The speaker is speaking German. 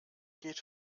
geht